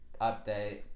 update